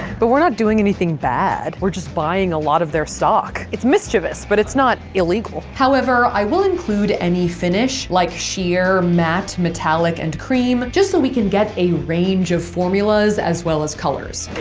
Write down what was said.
but we're not doing anything bad. we're just buying a lot of their stock. it's mischievous, but it's not illegal however, i will include any finish like sheer, matte, metallic, and cream just so we can get a range of formulas as well as colors.